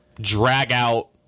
drag-out